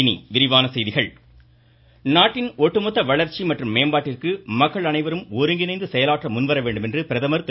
இனி விரிவான செய்திகள் பிரதமர் நாட்டின் ஒட்டுமொத்த வளர்ச்சி மற்றும் மேம்பாட்டிற்கு மக்கள் அனைவரும் ஒருங்கிணைந்து செயலாற்ற முன்வர வேண்டுமென பிரதமர் திரு